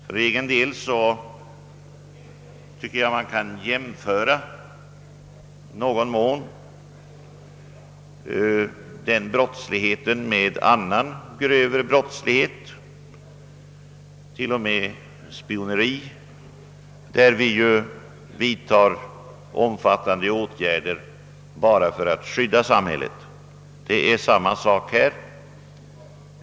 För egen del tycker jag att man utan tvekan kan jämföra denna brottslighet med annan grövre brottslighet där vi ju vidtar åtgärder för att skydda samhället.